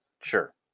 Sure